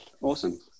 Awesome